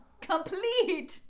complete